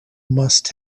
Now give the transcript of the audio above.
must